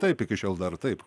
taip iki šiol dar taip